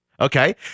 Okay